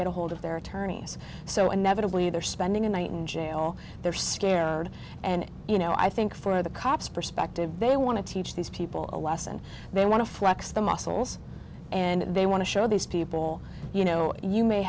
get ahold of their attorneys so inevitably they're spending a night in jail they're scared and you know i think for the cops perspective they want to teach these people a lesson they want to flex their muscles and they want to show these people you know you may